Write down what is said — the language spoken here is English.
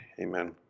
amen